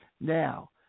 Now